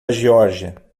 geórgia